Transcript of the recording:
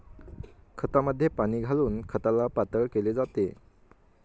खतामध्ये पाणी घालून खताला पातळ केले जाते